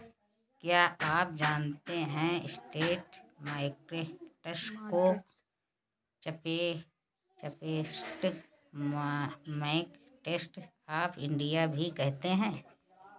क्या आप जानते है स्ट्रीट मार्केट्स को चीपेस्ट मार्केट्स ऑफ इंडिया भी कहते है?